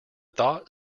thought